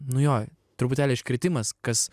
nu jo truputėlį iškritimas kas